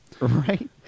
right